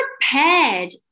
prepared